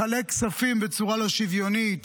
מחלק כספים בצורה לא שוויונית,